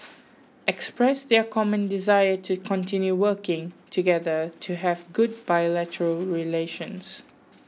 expressed their common desire to continue working together to have good bilateral relations